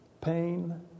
Pain